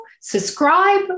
subscribe